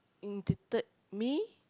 imitated me